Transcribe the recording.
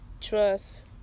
Trust